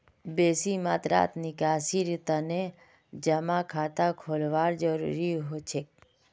बेसी मात्रात निकासीर तने जमा खाता खोलवाना जरूरी हो छेक